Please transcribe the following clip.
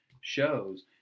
shows